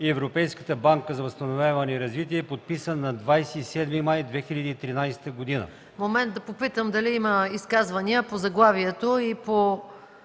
и Европейската банка за възстановяване и развитие, подписан на 27 май 2013 г.” ПРЕДСЕДАТЕЛ МАЯ МАНОЛОВА: Момент, да попитам дали има изказвания по заглавието и по